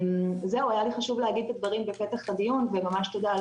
היה לי חשוב להגיד את הדברים בפתח הדיון וממש תודה על